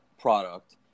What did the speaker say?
product